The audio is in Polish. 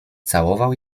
całował